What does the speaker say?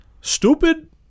stupid